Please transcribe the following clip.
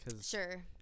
Sure